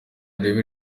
urebe